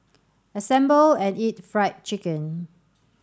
assemble and eat Fried Chicken